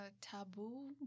taboo